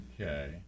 Okay